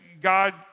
God